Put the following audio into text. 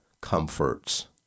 comforts